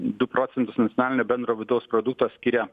du procentus nacionalinio bendro vidaus produkto skiria